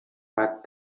but